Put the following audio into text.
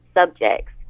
subjects